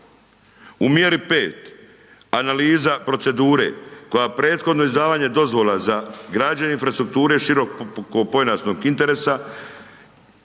U mjeri 5. analiza procedure koja prethodno izdavanje dozvola za građenje infrastrukture širokopojasnog interesa